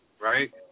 right